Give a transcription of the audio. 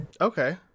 Okay